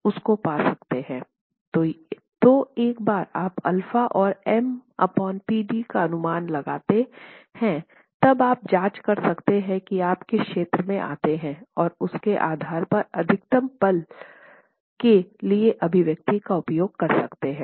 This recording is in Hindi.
तो एक बार आप अल्फा और M Pd का अनुमान लगाते हैं तब आप जाँच कर सकते हैं कि आप किस क्षेत्र में आते हैं और उसके आधार पर अधिकतम पल के लिए अभिव्यक्ति का उपयोग कर सकते हैं